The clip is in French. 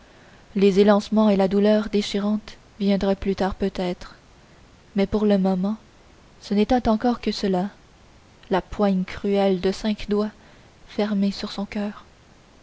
les élancements et la douleur déchirante viendraient plus tard peut-être mais pour le moment ce n'était encore que cela la poigne cruelle de cinq doigts fermés sur son coeur